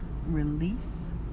release